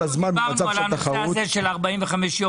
אנחנו דיברנו אתמול על הנושא הזה של 45 ימים